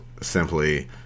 simply